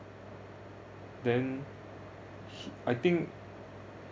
then h~ I think